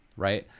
right?